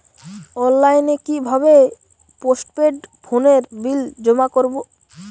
অনলাইনে কি ভাবে পোস্টপেড ফোনের বিল জমা করব?